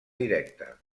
directa